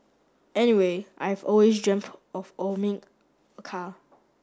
anyway I have always dreamt of a car